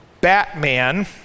Batman